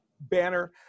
banner